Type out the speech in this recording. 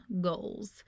goals